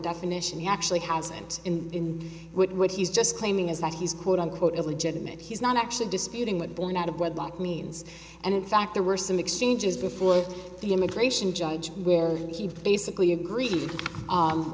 definition he actually hasn't in what he's just claiming is that he's quote unquote illegitimate he's not actually disputing what born out of wedlock means and in fact there were some exchanges before the immigration judge where he basically agreed